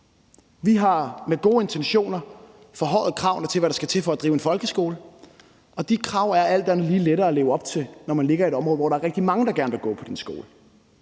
Vi har med gode intentioner forhøjet kravene til, hvad der skal til for at drive folkeskole, og de krav er alt andet lige lettere at leve op til, når man ligger i et område, hvor der er rigtig mange, der gerne vil gå på ens skole.